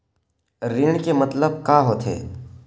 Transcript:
ऋण के मतलब का होथे?